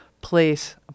place